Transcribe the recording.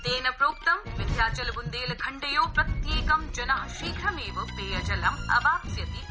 तेन प्रोक्तं विन्ध्याचल बुन्देलखण्डयो प्रत्येकं जन शीघ्रमेव पेयजलं अवाप्स्यति इति